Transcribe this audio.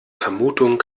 vermutung